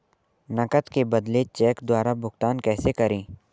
नकद के बदले चेक द्वारा भुगतान कैसे करें?